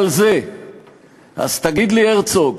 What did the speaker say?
"ובכלל זה"./ אז תגיד לי, הרצוג,